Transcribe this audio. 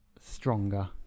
stronger